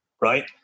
right